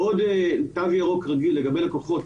בעוד תו ירוק רגיל לגבי לקוחות,